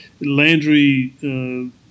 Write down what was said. Landry